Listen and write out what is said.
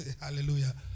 Hallelujah